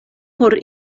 por